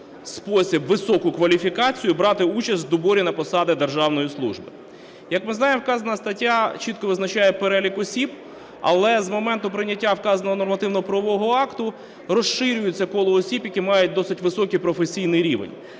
спосіб високу кваліфікацію, брати участь у доборі на посади державної служби. Як ми знаємо, вказана стаття чітко визначає перелік осіб, але з моменту прийняття вказаного нормативно-правового акту розширюється коло осіб, які мають досить високий професійний рівень.